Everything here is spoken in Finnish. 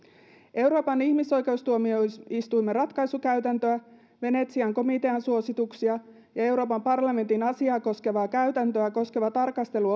euroopan ihmisoikeustuomioistuimen ratkaisukäytäntöä venetsian komitean suosituksia ja euroopan parlamentin asiaa koskevaa käytäntöä koskeva tarkastelu